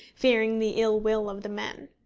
fearing the ill-will of the men.